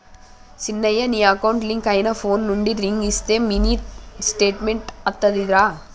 సిన్నయ నీ account link అయిన ఫోన్ నుండి రింగ్ ఇస్తే మినీ స్టేట్మెంట్ అత్తాదిరా